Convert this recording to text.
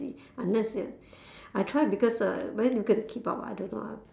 see unless you I try because uh very difficult to keep up ah I don't know ah